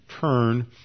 turn